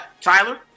Tyler